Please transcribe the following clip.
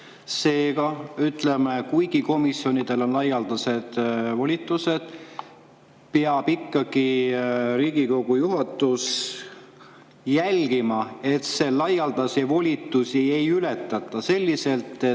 Seega, ütleme, kuigi komisjonidel on laialdased volitused, peab Riigikogu juhatus ikkagi jälgima, et laialdasi volitusi ei ületataks selliselt, et